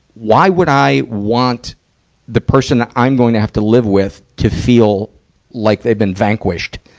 why would i want the person that i'm gonna have to live with to feel like they've been vanquished,